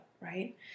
right